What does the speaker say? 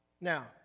Now